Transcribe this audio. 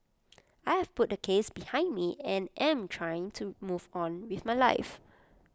I have put the case behind me and am trying to move on with my life